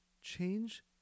Change